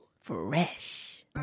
Fresh